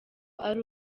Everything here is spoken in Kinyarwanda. ari